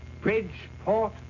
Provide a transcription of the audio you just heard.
Bridgeport